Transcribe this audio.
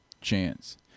chance